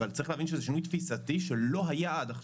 אבל צריך להבין שזה שינוי תפיסתי שלא היה עד עכשיו.